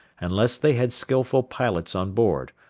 unless they had skilful pilots on board,